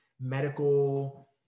medical